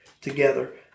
together